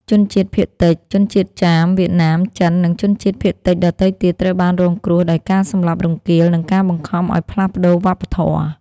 ជនជាតិភាគតិច ជនជាតិចាម វៀតណាម ចិន និងជនជាតិភាគតិចដទៃទៀត ត្រូវបានរងគ្រោះដោយការសម្លាប់រង្គាល និងការបង្ខំឱ្យផ្លាស់ប្តូរវប្បធម៌។